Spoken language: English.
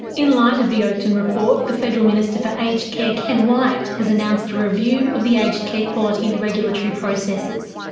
in light of the oakden report, the federal minister for aged care, ken wyatt has announced a review of the aged care quality regulatory processes.